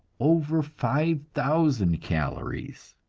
over five thousand calories.